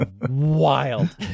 wild